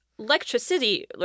Electricity